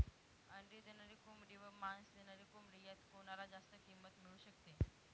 अंडी देणारी कोंबडी व मांस देणारी कोंबडी यात कोणाला जास्त किंमत मिळू शकते?